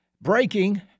Breaking